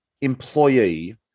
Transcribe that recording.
employee